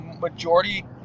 majority